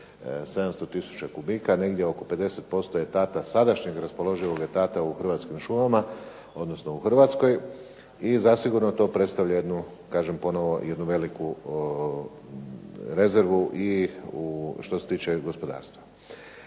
700 tisuća kubika, negdje oko 50% etata, sadašnjeg raspoloživog etata u Hrvatskim šumama odnosno u Hrvatskoj i zasigurno to predstavlja jednu, kažem ponovno, jednu veliku rezervu i što se tiče gospodarstva.